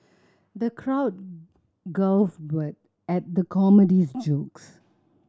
the crowd guffawed at the comedian's jokes